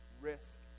risk